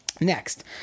next